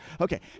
Okay